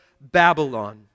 Babylon